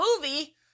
movie